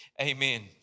amen